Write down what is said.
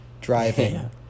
driving